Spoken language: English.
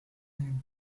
hand